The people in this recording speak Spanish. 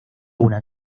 una